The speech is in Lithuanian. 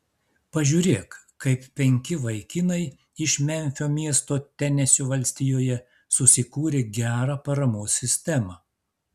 pažiūrėk kaip penki vaikinai iš memfio miesto tenesio valstijoje susikūrė gerą paramos sistemą